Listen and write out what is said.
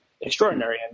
extraordinary